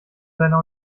seiner